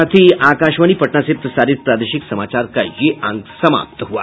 इसके साथ ही आकाशवाणी पटना से प्रसारित प्रादेशिक समाचार का ये अंक समाप्त हुआ